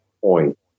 point